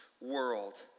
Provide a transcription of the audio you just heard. world